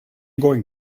going